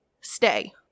Stay